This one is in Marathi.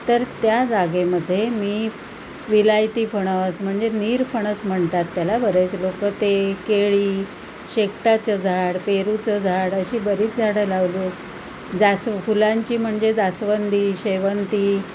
तर त्या जागेमध्ये मी विलायती फणस म्हणजे निरफणस म्हणतात त्याला बरेच लोक ते केळी शेकटाचं झाड पेरूचं झाड अशी बरीच झाडं लावली जास् फुलांची म्हणजे जास्वंदी शेवंती